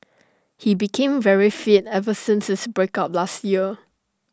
he became very fit ever since his break up last year